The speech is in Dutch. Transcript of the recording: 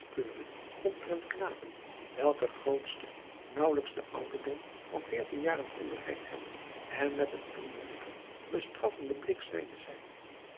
omtrent knapen welker grootste naauwelijks den adriaan loosjes pzn het leven van hillegonda buisman ouderdom van veertien jaren kon bereikt hebben en met een vriendelijken bestraffenden blik zeide zij